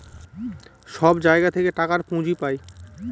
সব জায়গা থেকে টাকার পুঁজি পাই